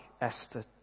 Esther